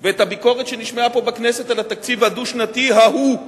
ואת הביקורת שנשמעה פה בכנסת על התקציב הדו-שנתי ההוא.